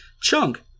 chunk